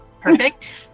Perfect